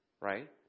Right